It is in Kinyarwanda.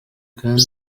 kandi